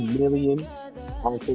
million